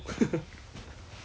err